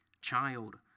child